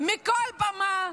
מכל במה,